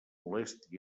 molest